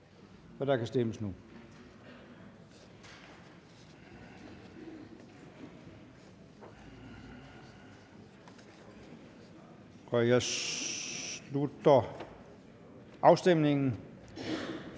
og der kan stemmes nu. Jeg slutter afstemningen.